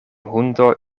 hundo